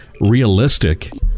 realistic